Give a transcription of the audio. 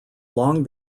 long